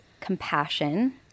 compassion